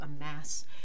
amass